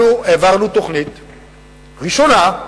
אנחנו העברנו תוכנית ראשונה,